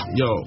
yo